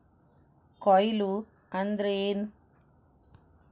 ಕೊಯ್ಲು ಅಂದ್ರ ಏನ್?